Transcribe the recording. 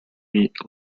meet